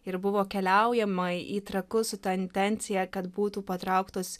ir buvo keliaujama į trakus su ta intencija kad būtų patrauktos